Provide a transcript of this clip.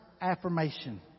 affirmation